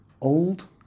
old